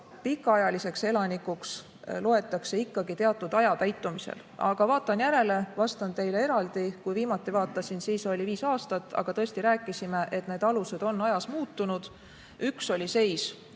pikaajaliseks elanikuks loetakse ikkagi teatud aja täitumisel. Aga vaatan järele, vastan teile eraldi. Kui viimati vaatasin, siis oli viis aastat. Aga tõesti rääkisime, et need alused on ajas muutunud. Üks oli seis